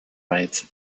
rights